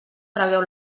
preveu